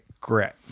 grit